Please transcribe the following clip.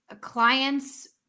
clients